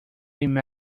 helping